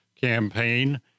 campaign